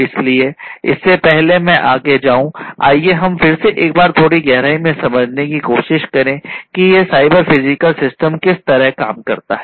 इसलिए इससे पहले कि मैं आगे जाऊं आइए हम फिर से इस बारे में थोड़ी गहराई से समझने की कोशिश करें कि यह साइबर फिजिकल सिस्टम किस तरह से काम करता है